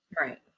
Right